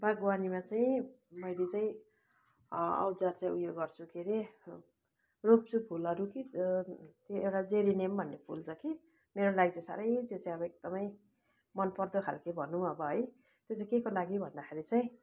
बागवानीमा चाहिँ मैले चाहिँ औजार चाहिँ उ यो गर्छु के रे रोप्छु फुलहरू कि त्यो एउटा जेरेनियम भन्ने फुल छ कि मेरो लागि चाहिँ साह्रै त्यो चाहिँ अब एकदमै मनपर्दो खालके भनौँ अब है त्यो चाहिँ केको लागि भन्दाखेरि चाहिँ